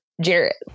Jarrett